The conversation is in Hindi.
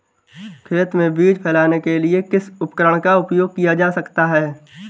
खेत में बीज फैलाने के लिए किस उपकरण का उपयोग किया जा सकता है?